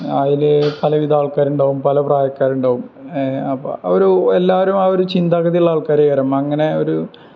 അതില് പലവിധ ആൾക്കാരുണ്ടാവും പല പ്രായക്കാരുണ്ടാവും അപ്പോള് അവര് എല്ലാവരും ആ ഒരു ചിന്താഗതിയുള്ള ആൾക്കാര് വെറും അങ്ങനെയൊരു